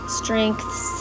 strengths